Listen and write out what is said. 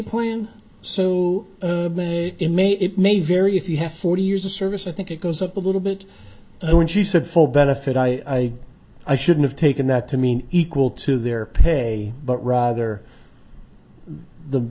so in may it may vary if you have forty years of service i think it goes up a little bit and when she said full benefit i i should have taken that to mean equal to their pay but rather the